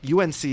UNC